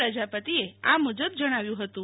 પ્રજાપતિએ આ મુજબ જણાવ્યું હતું